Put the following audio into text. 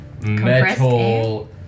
metal